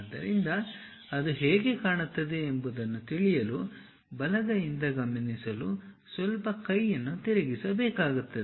ಆದ್ದರಿಂದ ಅದು ಹೇಗೆ ಕಾಣುತ್ತದೆ ಎಂಬುದನ್ನು ತಿಳಿಯಲು ಬಲಗೈಯಿಂದ ಗಮನಿಸಲು ಸ್ವಲ್ಪ ಕೈ ಅನ್ನು ತಿರುಗಿಸಬೇಕಾಗುತ್ತದೆ